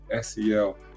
SEL